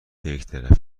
یکطرفه